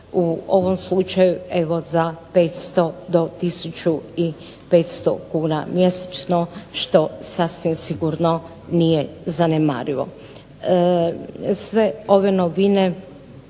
U ovom slučaju evo za 500 do 1500 kuna mjesečno što sasvim sigurno nije zanemarivo. Sve ove novine